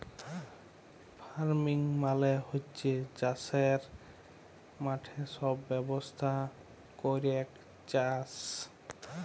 farming মালে হচ্যে চাসের মাঠে সব ব্যবস্থা ক্যরেক চাস